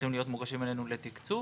צריכים להיות מוגשים אלינו לתקצוב.